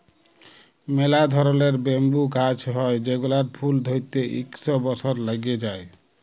ম্যালা ধরলের ব্যাম্বু গাহাচ হ্যয় যেগলার ফুল ধ্যইরতে ইক শ বসর ল্যাইগে যায়